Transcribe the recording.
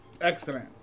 Excellent